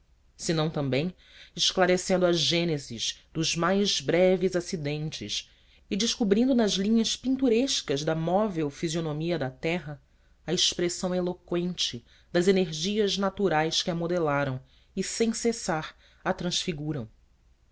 geológicos senão também esclarecendo a gênese dos mais breves acidentes e descobrindo nas linhas pinturescas da móvel fisionomia da terra a expressão eloqüente das energias naturais que a modelaram e sem cessar a transfiguram